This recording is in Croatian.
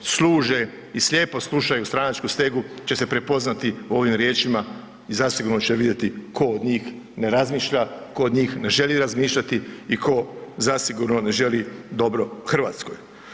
služe i slijepo slušaju stranačku stegu će se prepoznati u ovim riječima i zasigurno će vidjeti ko od njih ne razmišlja, ko od njih ne želi razmišljati i ko zasigurno ne želi dobro Hrvatskoj.